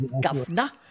Governor